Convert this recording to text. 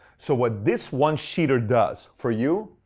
so what this one sheeter does for you,